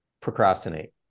procrastinate